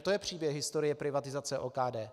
To je příběh historie privatizace OKD.